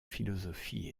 philosophie